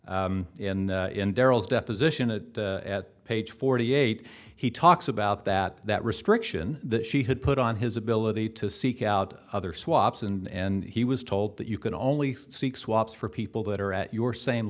in in darrell's deposition that at page forty eight he talks about that that restriction that she had put on his ability to seek out other swaps and he was told that you can only seek swaps for people that are at your same